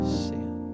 sin